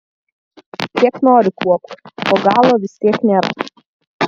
kiek nori kuopk o galo vis tiek nėra